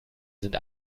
sind